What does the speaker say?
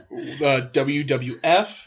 WWF